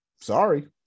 Sorry